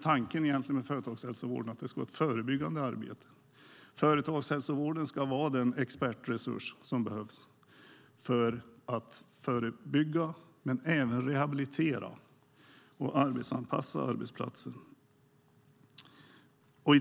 Tanken med företagshälsovården är ju att det ska vara ett förebyggande arbete. Företagshälsovården ska vara den expertresurs som behövs för att förebygga men även rehabilitera och arbetsanpassa arbetsplatser.